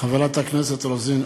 חברת הכנסת רוזין,